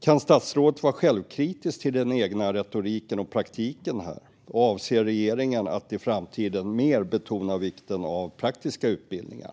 Kan statsrådet vara självkritisk till den egna retoriken och praktiken här? Avser regeringen att i framtiden mer betona vikten av praktiska utbildningar?